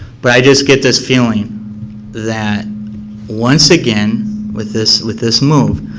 but i just get this feeling that once again with this with this move,